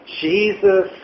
Jesus